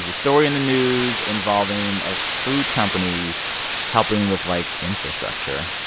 ah story in the news involving a food company helping with, like, infrastructure.